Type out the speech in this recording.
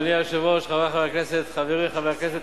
אדוני היושב-ראש, חברי חברי הכנסת, חברי חבר הכנסת